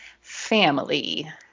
Family